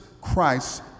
Christ